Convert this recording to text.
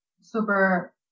super